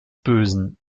bösen